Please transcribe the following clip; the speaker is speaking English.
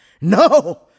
No